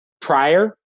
prior